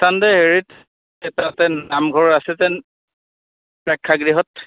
Sunday হেৰিত ততে নামঘৰ আছে যেন প্ৰেক্ষাগৃহত